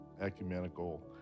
ecumenical